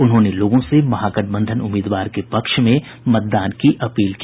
उन्होंने लोगों से महागठबंधन उम्मीदवार के पक्ष में मतदान करने की अपील की